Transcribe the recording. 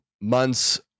months